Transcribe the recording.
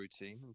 routine